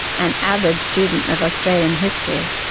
an avid student of australian history,